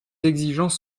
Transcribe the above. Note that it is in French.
exigences